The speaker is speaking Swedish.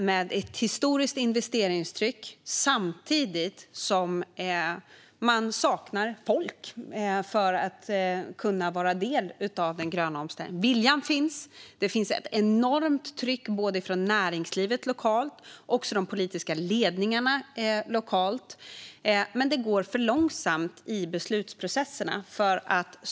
Det är ett historiskt investeringstryck samtidigt som man saknar folk för att kunna vara en del av den gröna omställningen. Viljan finns. Det finns ett enormt tryck lokalt både från näringslivet och de politiska ledningarna, men det går för långsamt i beslutprocesserna.